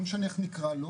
לא משנה איך נקרא לה,